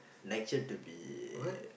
next year to be